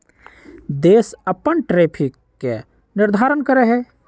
देश अपन टैरिफ के निर्धारण करा हई